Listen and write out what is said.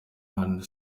nta